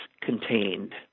contained